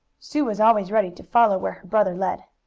sue was always ready to follow where her brother led.